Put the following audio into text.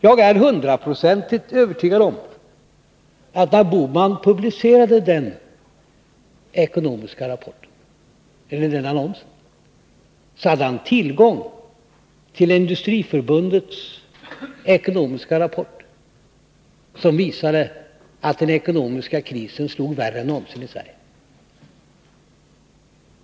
Jag är hundraprocentigt övertygad om att herr Bohman vid publicerandet av den annonsen hade tillgång till Industriförbundets ekonomiska rapport som visade att den ekonomiska krisen slog värre än någonsin i Sverige.